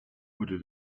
wurde